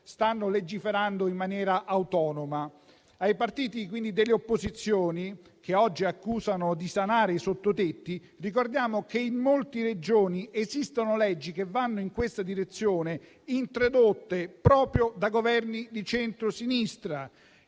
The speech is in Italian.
stanno legiferando in maniera autonoma. Ai partiti delle opposizioni, che oggi accusano di sanare i sottotetti, ricordiamo che in molte Regioni esistono leggi che vanno in questa direzione, introdotte proprio da Governi di centrosinistra.